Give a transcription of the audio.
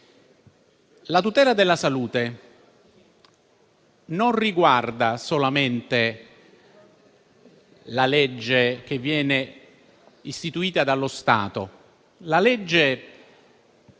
la tutela della salute, che non riguarda solamente la legge che viene istituita dallo Stato, ma